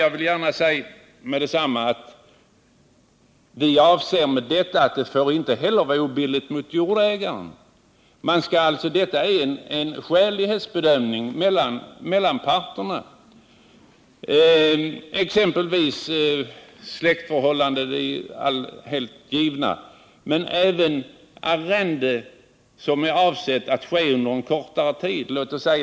Jag vill gärna säga med detsamma att vi avser att det ej heller får vara obilligt mot jordägaren. Det skall alltså vara en skälighetsbedömning mellan parterna. Det kan ju gälla att släkt skall överta eller att man bara har arrenderat ut på kortare tid.